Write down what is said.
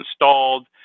installed